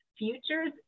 futures